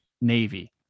Navy